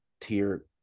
tier